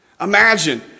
Imagine